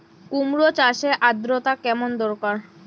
কুমড়ো চাষের আর্দ্রতা কেমন দরকার?